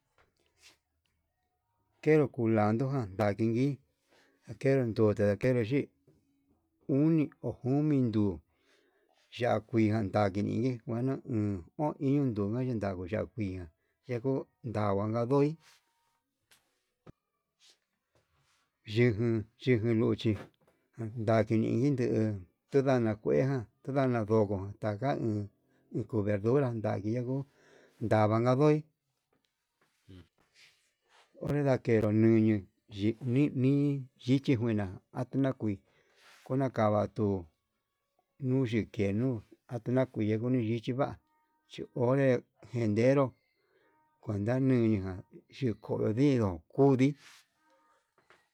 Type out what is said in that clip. Kenro kulando ján yan ndiki, ndakenro ndute yakenró yii uni o komi nduu, ya'á kuijan takini ngueno uun o iin ndukuna yandi ya'á kuijan yenko ndanguanka ndoi, yengun yengun luchi ndaki iin nduu ndundana kueján ndana ndo taka uun, uun kun vendora naka yenguo ndavan kandoi onre ndakenro ñunuu, yikomi michi kuina atuna kui nakuna tavatu uyii kenuu akonakui uni xhichi va'a chi ore jendero, kuanta nuña chikodinró kudii.